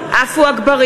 עם לפיד,